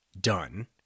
done